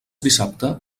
dissabte